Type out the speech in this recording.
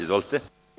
Izvolite.